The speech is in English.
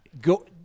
go